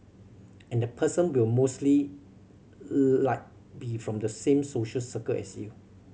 and the person will mostly like be from the same social circle as you